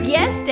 Yes